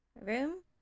room